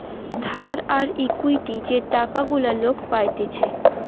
ধার আর ইকুইটি যে টাকা গুলা লোক পাইতেছে